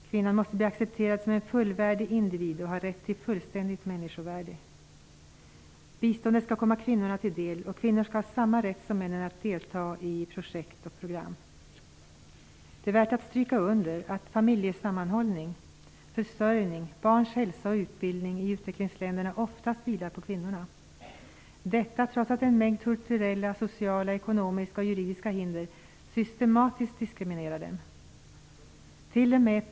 Kvinnan måste bli accepterad som en fullvärdig indvivid och ha rätt till fullständigt människovärde. Biståndet skall komma kvinnorna till del, och kvinnor skall ha samma rätt som männen att delta i projekt och program. Det är värt att stryka under att familjesammanhållning, försörjning, barns hälsa och utbildning i utvecklingsländerna oftast vilar på kvinnorna, trots att en mängd kulturella, sociala, ekonomiska och juridiska hinder systematiskt diskriminerar dem.